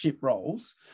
roles